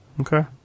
Okay